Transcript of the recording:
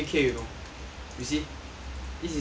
you see this is an A_K